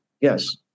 yes